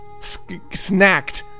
Snacked